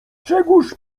czegóż